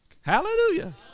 hallelujah